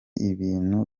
ibintu